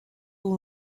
aux